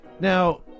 Now